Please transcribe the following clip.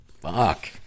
fuck